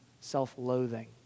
self-loathing